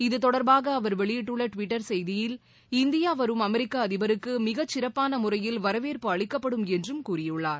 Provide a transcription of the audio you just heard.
இத்தொடர்பாக அவர் வெளியிட்டுள்ள டுவிட்டர் செய்தியில் இந்தியா வரும் அமெரிக்க அதிபருக்கு மிகச்சிறப்பான முறையில் வரவேற்பு அளிக்கப்படும் என்றும் கூறியுள்ளார்